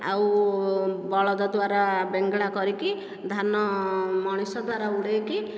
ଆଉ ବଳଦ ଦ୍ୱାରା ବେଙ୍ଗଳା କରିକି ଧାନ ମଣିଷ ଦ୍ୱାରା ଉଡ଼େଇକି